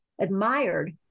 admired